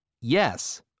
Yes